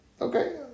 okay